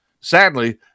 Sadly